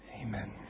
Amen